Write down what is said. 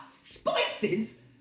Spices